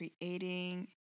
creating